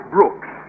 Brooks